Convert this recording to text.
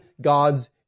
God's